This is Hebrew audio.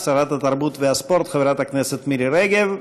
שרת התרבות והספורט חברת הכנסת מירי רגב.